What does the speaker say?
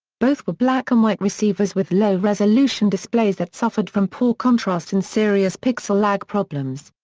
both were black-and-white receivers with low-resolution displays that suffered from poor contrast and serious pixel lag problems.